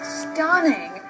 Stunning